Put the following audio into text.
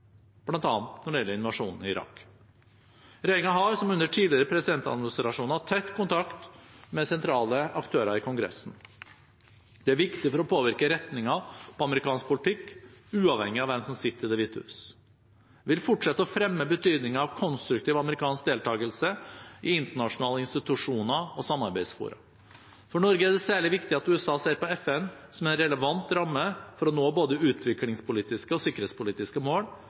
når det gjelder invasjonen i Irak. Regjeringen har, som under tidligere presidentadministrasjoner, tett kontakt med sentrale aktører i Kongressen. Det er viktig for å påvirke retningen på amerikansk politikk, uavhengig av hvem som sitter i Det hvite hus. Vi vil fortsette å fremme betydningen av konstruktiv amerikansk deltakelse i internasjonale institusjoner og samarbeidsfora. For Norge er det særlig viktig at USA ser på FN som en relevant ramme for å nå både utviklingspolitiske og sikkerhetspolitiske mål,